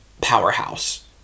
powerhouse